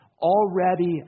already